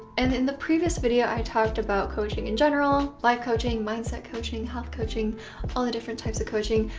and in the previous video i talked about coaching in general life coaching, mindset coaching, health coaching all the different types of coaching,